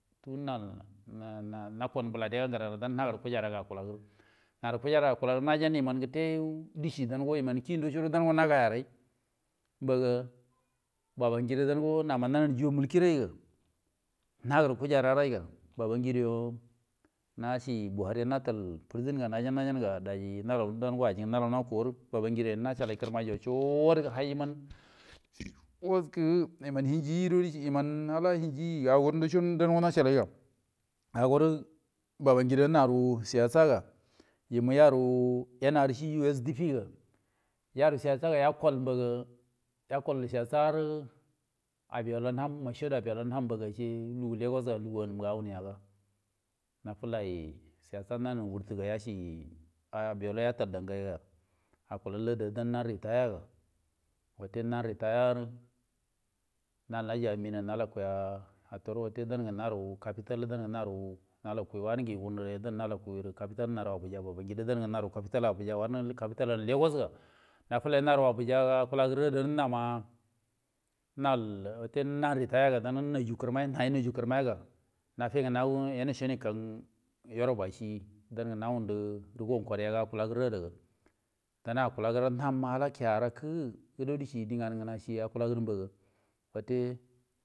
Tuo nan nakon bila dan ngadan her kujara ngadan na har kujaragan acula ge nan kyara yumon kette di chi ri yuman kie ndotto gudo hierei babangida wo nan juyin mulki nge her kujeren mba naci buhariwo yen netu furjin ngo yajen yajen nga dai ajire nalau nakoire calai kirmai wo cot ro hai yiman arakkuwo yian hingiewo yiman ala hingi gudo na nacar yol hyei babangida naru siyasa ga yomu yuro nrc sdp nga yaru siyasan mba yal ga yakol siyasari aji ala hanni mashid abiola hannun mba lugu legos ga adumun ja nafillai siyasa nani wurtinga hi abiola yatal dangai ga acula dawanya ritayan nga wuta nan ritainge nal najai hatori nanu natakkui nga natakkiu capital naru abujan mba, capital abuya wani capital legos nafillai naji abuyan mba hirin nama yau ritaya ga naju kirmiu ga nafigu yanu ene sonikan yoroba ci dandi rikon koriya dici ga dan acula gir ala kia arakki gudo dieci di ngena acuan gede.